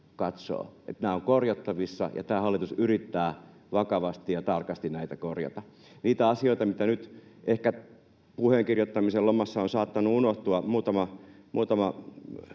Nämä ovat korjattavissa, ja tämä hallitus yrittää vakavasti ja tarkasti näitä korjata. Niitä asioita, mitä nyt ehkä puheen kirjoittamisen lomassa on saattanut unohtua, muutama